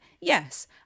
yes